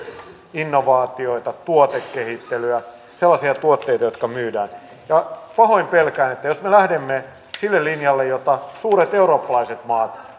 innovaatioita tuotekehittelyä sellaisia tuotteita jotka myydään ja pahoin pelkään että jos me lähdemme sille linjalle kuten suuret eurooppalaiset maat